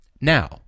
now